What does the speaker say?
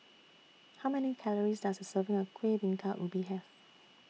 How Many Calories Does A Serving of Kueh Bingka Ubi Have